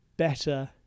better